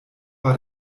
war